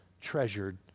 treasured